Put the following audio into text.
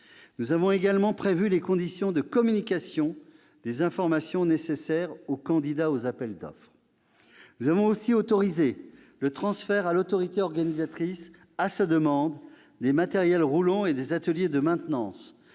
Nous avons également précisé les modalités de communication des informations nécessaires aux candidats aux appels d'offres. Nous avons autorisé le transfert à l'autorité organisatrice, sur demande de celle-ci, des matériels roulants et des ateliers de maintenance